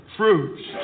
fruits